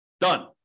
Done